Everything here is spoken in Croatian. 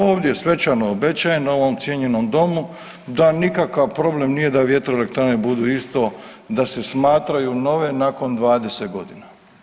Ovdje svečano obečajen na ovom cijenjenom domu da nikakav problem nije da vjetroelektrane budu isto, da se smatraju nove nakon 20 godina.